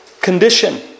condition